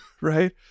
right